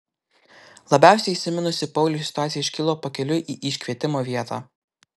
labiausiai įsiminusi pauliui situacija iškilo pakeliui į iškvietimo vietą